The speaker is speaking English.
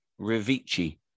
Rivici